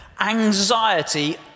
anxiety